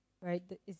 Right